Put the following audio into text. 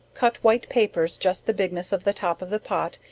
cut white papers just the bigness of the top of the pot,